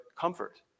comfort